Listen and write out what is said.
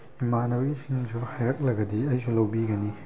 ꯏꯃꯥꯟꯅꯕꯤꯁꯤꯡꯁꯨ ꯍꯥꯏꯔꯛꯂꯒꯗꯤ ꯑꯩꯁꯨ ꯂꯧꯕꯤꯒꯅꯤ